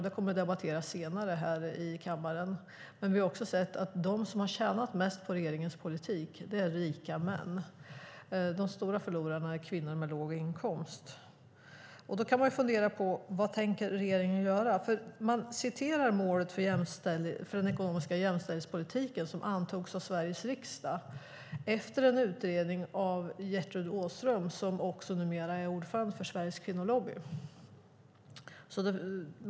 Det kommer att debatteras senare här i kammaren. Vi har också sett att de som har tjänat mest på regeringens politik är rika män. De stora förlorarna är kvinnor med låg inkomst. Vad tänker då regeringen göra? Man citerar målet för den ekonomiska jämställdhetspolitiken som antogs av Sveriges riksdag efter en utredning av Gertrud Åström, som numera också är ordförande för Sveriges Kvinnolobby.